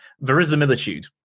verisimilitude